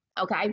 Okay